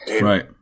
Right